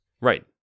Right